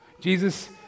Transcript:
Jesus